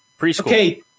Preschool